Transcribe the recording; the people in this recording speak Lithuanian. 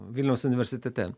vilniaus universitete